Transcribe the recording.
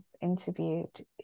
interviewed